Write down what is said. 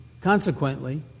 consequently